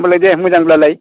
होमबालाय दे मोजांब्लालाय